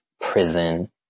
prison